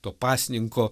to pasninko